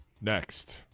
Next